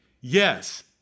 Yes